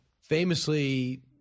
Famously